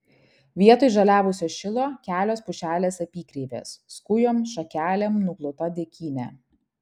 vietoj žaliavusio šilo kelios pušelės apykreivės skujom šakelėm nuklota dykynė